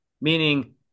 Meaning